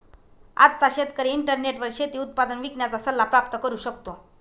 आजचा शेतकरी इंटरनेटवर शेती उत्पादन विकण्याचा सल्ला प्राप्त करू शकतो